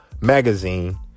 magazine